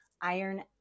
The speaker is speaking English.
iron